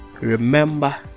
Remember